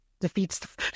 defeats